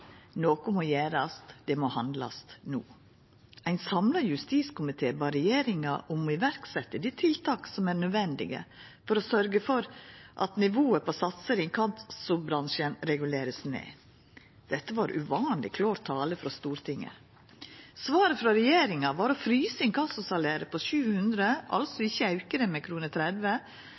Noko må gjerast; det må handlast no. Ein samla justiskomité bad regjeringa om «å sette i verk de tiltak som er nødvendige for å sørge for at nivået på satser i inkassobransjen reguleres ned». Dette var uvanleg klår tale frå Stortinget. Svaret frå regjeringa var å frysa inkassosalæret på 700 kr, altså ikkje auka det med 30